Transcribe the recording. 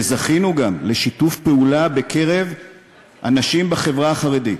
וזכינו גם לשיתוף פעולה בקרב אנשים בחברה החרדית.